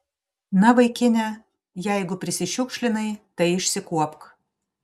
na vaikine jeigu prisišiukšlinai tai išsikuopk